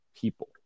people